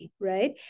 right